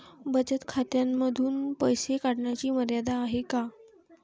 बचत खात्यांमधून पैसे काढण्याची मर्यादा आहे का?